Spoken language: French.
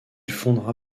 fondera